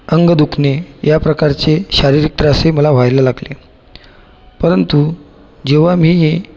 अंग दुखणे याप्रकारचे शारीरिक त्रासही मला व्हायला लागले परंतु जेव्हा मी हे